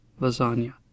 Lasagna